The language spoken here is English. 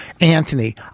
Anthony